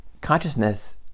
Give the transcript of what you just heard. Consciousness